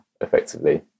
effectively